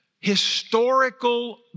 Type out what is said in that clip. historical